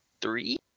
Three